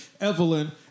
Evelyn